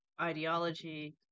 ideology